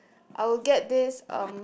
I'll get this um